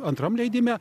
antram leidime